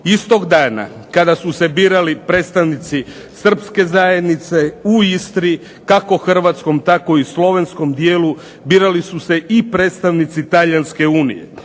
Istog dana kada su se birali predstavnici Srpske zajednice u Istri, kako hrvatskom tako i slovenskom dijelu birali su se i predstavnici Talijanske unije.